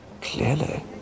Clearly